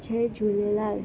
Jay Jhulelal